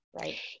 Right